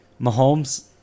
Mahomes